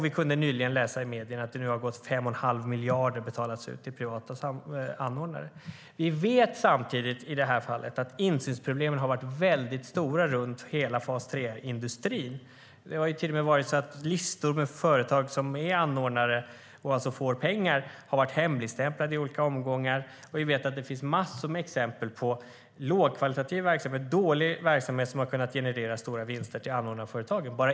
Vi kunde nyligen läsa i medierna att 5 1⁄2 miljard har betalats ut till privata anordnare. Samtidigt vet vi att insynsproblemen har varit stora runt hela fas 3-industrin. Det har till och med varit så att listor med företag som är anordnare och alltså får pengar har varit hemligstämplade i olika omgångar, och vi vet att det finns massor med exempel på lågkvalitativ och dålig verksamhet som har genererat stora vinster till anordnarföretagen.